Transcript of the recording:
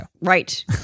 Right